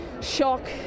Shock